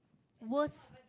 worst